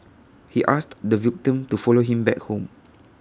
he asked the victim to follow him back home